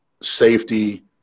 safety